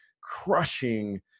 crushing